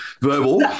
verbal